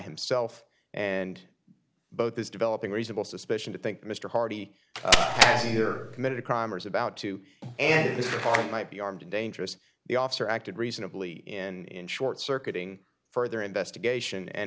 himself and both is developing reasonable suspicion to think mr hardy committed a crime or is about to and might be armed and dangerous the officer acted reasonably in short circuiting further investigation and